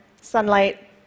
sunlight